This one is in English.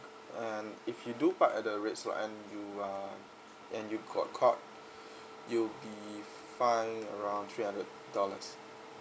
and if you do park at the red slot and you are and you got caught you'll be fined around three hundred dollars